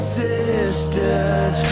sisters